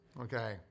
Okay